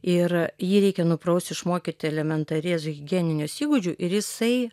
ir jį reikia nupraust išmokyti elementarės higieninius įgūdžių ir jisai